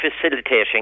facilitating